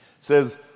says